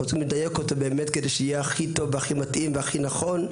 אנחנו רוצים לדייק אותם באמת כדי שיהיה הכי טוב והכי מתאים והכי נכון,